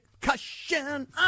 cushion